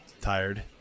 tired